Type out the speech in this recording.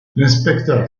l’inspecteur